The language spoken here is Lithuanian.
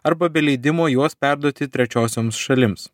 arba be leidimo juos perduoti trečiosioms šalims